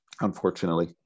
unfortunately